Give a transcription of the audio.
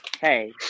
Hey